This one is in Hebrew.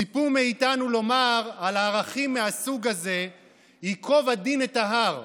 ציפו מאיתנו לומר על הערכים מהסוג הזה "ייקוב הדין את ההר",